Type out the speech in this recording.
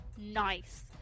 Nice